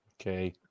okay